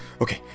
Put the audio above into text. okay